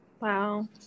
wow